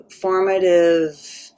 formative